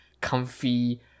comfy